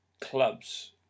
clubs